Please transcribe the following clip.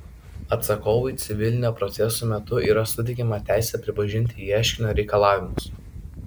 atsakovui civilinio proceso metu yra suteikiama teisė pripažinti ieškinio reikalavimus